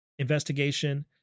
investigation